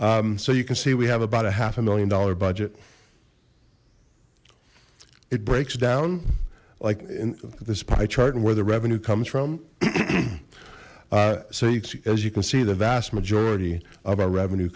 so you can see we have about a half a million dollar budget it breaks down like in this pie chart and where the revenue comes from so as you can see the vast majority of our revenue